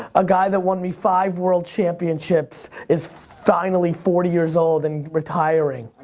a guy that won me five world championships is finally forty years old and retiring.